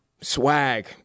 Swag